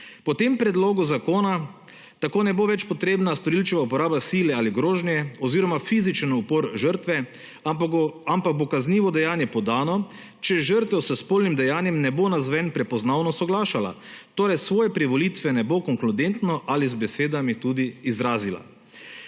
Po tem predlogu zakona tako ne bo več potrebna storilčeva uporaba sile ali grožnje oziroma fizičen upor žrtve, ampak bo kaznivo dejanje podano, če žrtev s spolnim dejanjem ne bo navzven prepoznavno soglašala, torej svoje privolitve ne bo konkludentno ali z besedami tudi izrazila.